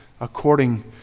according